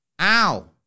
Ow